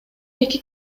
эки